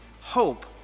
Hope